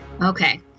Okay